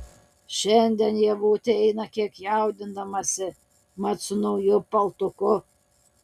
šiandien ievutė eina kiek jaudindamasi mat su nauju paltuku